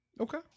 okay